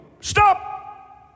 Stop